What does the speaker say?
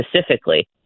specifically